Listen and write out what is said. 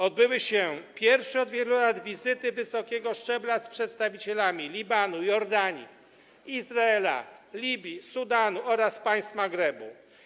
Odbyły się pierwsze od wielu lat wizyty wysokiego szczebla z udziałem przedstawicieli Libanu, Jordanii, Izraela, Libii, Sudanu oraz państw Maghrebu.